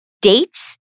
dates